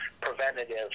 preventative